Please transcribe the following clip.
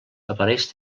apareix